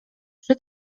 przy